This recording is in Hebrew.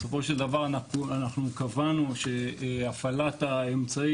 בסופו של דבר אנחנו קבענו שהפעלת האמצעים